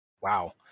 wow